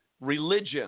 religion—